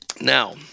Now